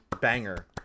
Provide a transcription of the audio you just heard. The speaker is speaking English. Banger